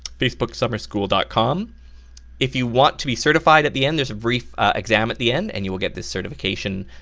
facebooksummerschool dot com if you want to be certified at the end there's a brief exam at the end and you will get this certification,